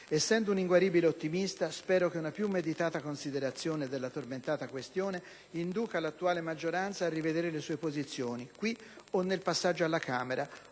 Essendo un inguaribile ottimista, spero che una più meditata considerazione della tormentata questione induca l'attuale maggioranza a rivedere le sue posizioni qui o nel passaggio alla Camera